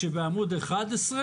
אדוני, אני מעדיף שתעבור על המסקנות